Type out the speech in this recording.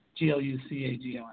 Glucagon